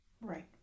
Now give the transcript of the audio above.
right